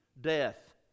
death